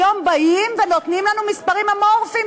היום באים ונותנים לנו מספרים אמורפיים,